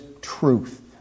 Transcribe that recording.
truth